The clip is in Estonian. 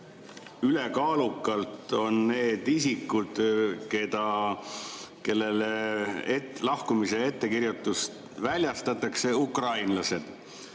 ülekaalukalt on need isikud, kellele lahkumisettekirjutust väljastatakse, ukrainlased.